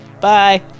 Bye